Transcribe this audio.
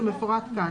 זה מפורטכאן.